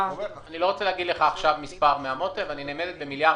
אני לא רוצה להגיד לך מספר מהמותן אבל היא נאמדת במיליארדים.